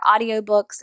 audiobooks